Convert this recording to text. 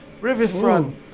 riverfront